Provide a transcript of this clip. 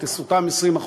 את אותם 20%,